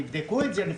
תבדקו את זה.